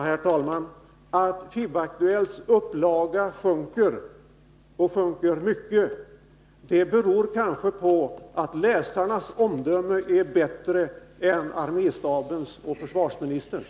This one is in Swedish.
Herr talman! Att FIB-Aktuellts upplaga sjunker mycket beror kanske på att läsarnas omdöme är bättre än arméstabens och försvarsministerns.